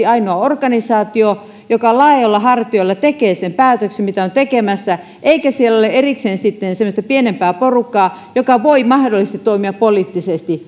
ainoa organisaatio joka laajoilla hartioilla tekee sen päätöksen mitä on tekemässä eikä siellä ole erikseen sitten semmoista pienempää porukkaa joka voi mahdollisesti toimia poliittisesti